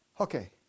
Okay